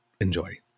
enjoy